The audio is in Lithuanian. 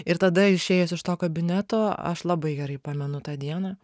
ir tada išėjus iš to kabineto aš labai gerai pamenu tą dieną